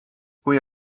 kui